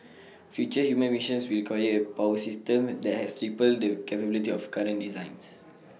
future human missions will require A power system that has triple the capability of current designs